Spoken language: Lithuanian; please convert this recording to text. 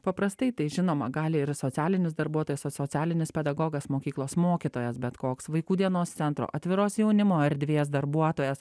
paprastai tai žinoma gali ir socialinis darbuotojas socialinis pedagogas mokyklos mokytojas bet koks vaikų dienos centro atviros jaunimo erdvės darbuotojas